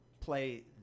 play